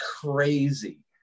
crazy